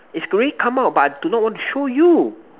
is grey come out but I do not want to show you